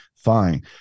fine